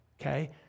okay